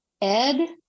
Ed